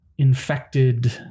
infected